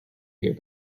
here